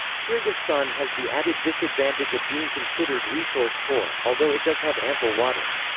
kyrgyzstan has the added disadvantage of being considered resource poor, although it does have ample water.